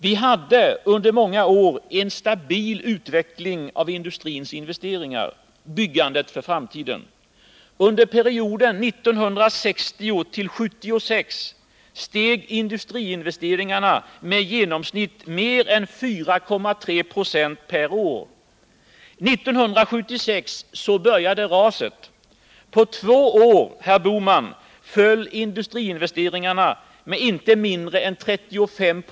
Vi hade under många år en stabil utveckling av industrins investeringar i byggandet för framtiden. Under perioden 1960-1976 steg industriinvesteringarna med i genomsnitt mer än 4,3 Jo per år. 1976 började raset. På två år, herr Bohman, föll industriinvesteringarna med inte mindre än 35 Jo.